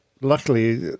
Luckily